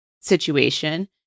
situation